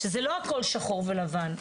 שזה לא הכול שחור ולבן.